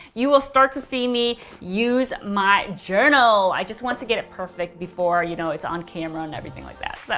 you will start to see me use my journal. i just wanted to get it perfect before you know it's on camera and everything like that.